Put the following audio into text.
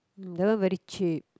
mm that one very cheap